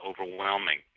overwhelming